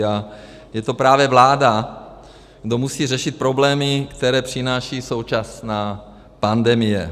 A je to právě vláda, kdo musí řešit problémy, které přináší současná pandemie.